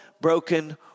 broken